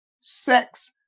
sex